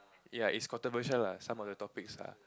ya it's controversial lah some of the topics lah